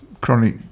chronic